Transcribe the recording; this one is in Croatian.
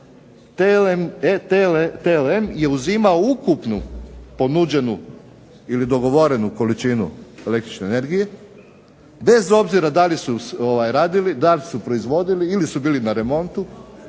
TLM je uzimao ukupnu ponuđenu ili dogovorenu količinu električne energije, bez obzira da li su radili, da li su proizvodili ili su bili na remontu